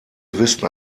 wissen